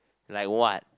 like what